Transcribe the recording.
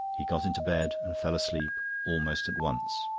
he got into bed and fell asleep almost at once.